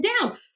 down